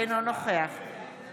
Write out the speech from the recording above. אינו נוכח סמי אבו שחאדה,